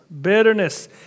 Bitterness